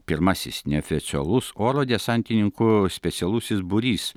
pirmasis neofiociolus oro desantininkų specialusis būrys